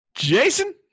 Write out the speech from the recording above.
Jason